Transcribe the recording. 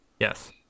Yes